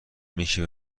میشه